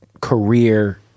career